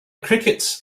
crickets